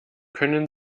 können